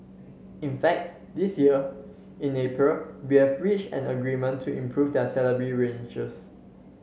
in fact this year in April we have reached an agreement to improve their salary ranges